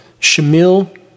Shamil